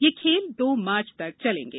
ये खेल दो मार्च तक चलेंगे